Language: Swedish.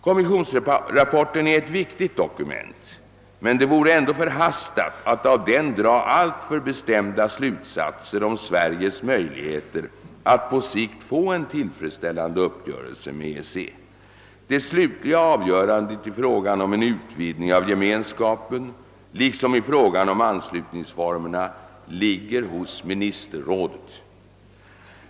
Kommissionsrapporten är ett viktigt dokument men det vore ändå förhastat att av den dra alltför bestämda slutsatser om Sveriges möjligheter att på sikt få en tillfredsställande uppgörelse med EEC. Det slutliga avgörandet i frågan om en utvidgning av Gemenskapen liksom i frågan om anslutningsformerna ligger hos ministerrådet.